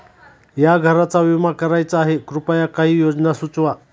या घराचा विमा करायचा आहे कृपया काही योजना सुचवा